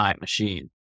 machine